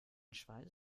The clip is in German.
schweiß